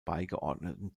beigeordneten